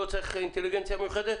לא צריך אינטליגנציה מיוחדת.